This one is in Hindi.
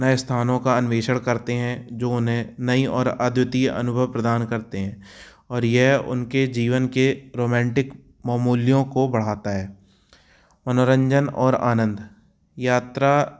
नए स्थानों का अन्वेषण करते हैं जो उन्हें नई और अद्वितीय अनुभव प्रदान करते हैं और यह उनके जीवन के रोमैंटिक मूल्यों को बढ़ाता है मनोरंजन और आनंद यात्रा